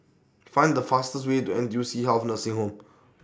Find The fastest Way to N T U C Health Nursing Home